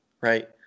right